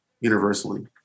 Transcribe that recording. universally